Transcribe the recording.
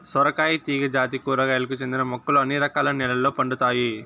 సొరకాయ తీగ జాతి కూరగాయలకు చెందిన మొక్కలు అన్ని రకాల నెలల్లో పండుతాయి